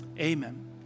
Amen